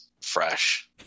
fresh